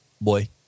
boy